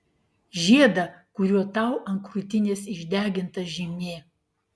žiedą kuriuo tau ant krūtinės išdeginta žymė